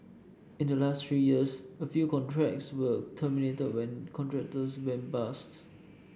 in the last three years a few contracts were terminated when contractors went bust